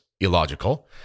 illogical